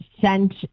sent